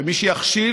ומי שיכשיל,